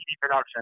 production